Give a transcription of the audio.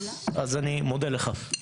אני מודה לך.